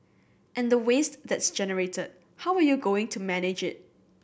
and the waste that's generated how are you going to manage it